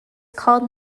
called